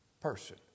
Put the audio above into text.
person